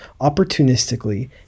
opportunistically